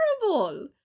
terrible